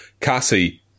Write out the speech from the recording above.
Cassie